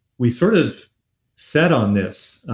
we sort of sat on this